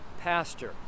pastor